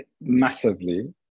massively